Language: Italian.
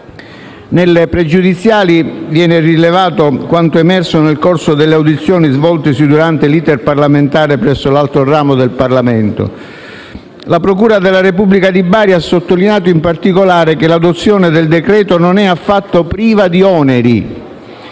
pregiudiziali viene rilevato quanto emerso nel corso delle audizioni svoltesi durante l'*iter* parlamentare presso l'altro ramo del Parlamento: la procura della Repubblica di Bari ha sottolineato, in particolare, che l'adozione del decreto-legge non è affatto priva di oneri.